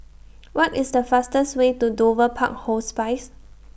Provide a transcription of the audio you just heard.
What IS The fastest Way to Dover Park Hospice